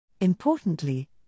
Importantly